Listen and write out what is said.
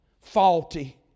faulty